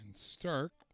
Stark